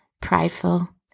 prideful